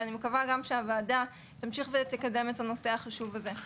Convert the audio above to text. אני מקווה גם שהוועדה תמשיך ותקדם את הנושא החשוב הזה.